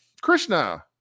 Krishna